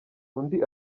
undi